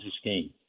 scheme